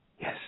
Yes